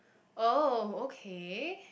oh okay